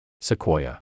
Sequoia